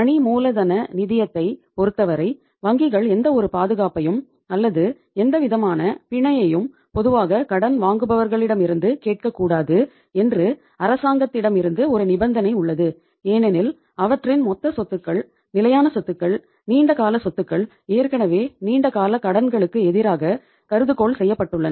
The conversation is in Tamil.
பணி மூலதன நிதியத்தைப் பொருத்தவரை வங்கிகள் எந்தவொரு பாதுகாப்பையும் அல்லது எந்தவிதமான பிணையையும் பொதுவாக கடன் வாங்குபவர்களிடமிருந்து கேட்கக் கூடாது என்று அரசாங்கத்திடமிருந்து ஒரு நிபந்தனை உள்ளது ஏனெனில் அவற்றின் மொத்த சொத்துக்கள் நிலையான சொத்துக்கள் நீண்ட கால சொத்துக்கள் ஏற்கனவே நீண்ட கால கடன்களுக்கு எதிராக கருதுகோள் செய்யப்பட்டுள்ளன